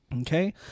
okay